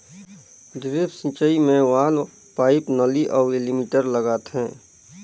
drip सिंचई मे valve, pipe, नली अउ एलीमिटर लगाथें